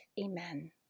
Amen